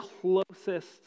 closest